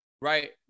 right